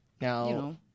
Now